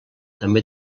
també